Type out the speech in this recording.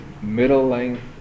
middle-length